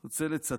אני רוצה לצטט